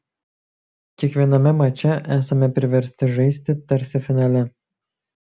kiekviename mače esame priversti žaisti tarsi finale